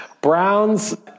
Browns